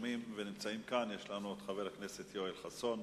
שרשומים ונמצאים כאן נמצא חבר הכנסת יואל חסון.